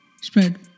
spread